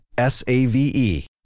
S-A-V-E